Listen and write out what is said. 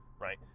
right